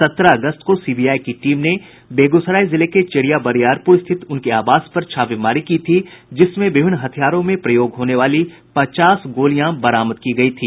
सत्रह अगस्त को सीबीआई की टीम ने बेगूसराय के चेरियाबरियारपुर स्थित उनके आवास पर छापेमारी की थी जिसमें विभिन्न हथियारों में प्रयोग होने वाली पचास गोालियां बरामद की गयी थी